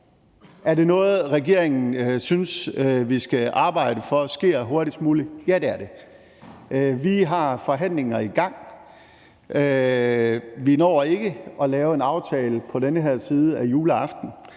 Er det noget, som regeringen synes vi skal arbejde for sker hurtigst muligt? Ja, det er det, og vi har forhandlinger i gang. Vi når ikke at lave en aftale på den her side af juleaften,